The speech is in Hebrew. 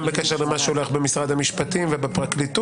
גם בקשר למה שהולך במשרד המשפטים ובפרקליטות,